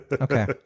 okay